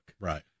Right